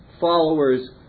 followers